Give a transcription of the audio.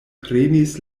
prenis